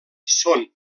són